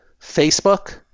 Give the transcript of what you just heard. Facebook